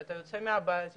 וזה לא יפה, זה מגעיל.